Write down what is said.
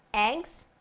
eggs,